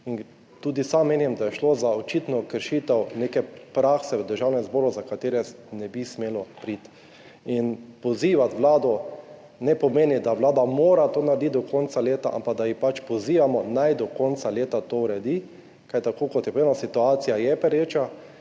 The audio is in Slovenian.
tudi sam menim, da je šlo za očitno kršitev neke prakse v Državnem zboru, do katere ne bi smelo priti. In pozivamo vlado – ne pomeni, da vlada mora to narediti do konca leta, ampak da jih pač pozivamo – naj do konca leta to uredi. Kajti tako, kot je pri nas situacija, je